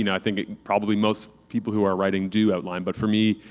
you know i think probably most people who are writing do outline, but for me,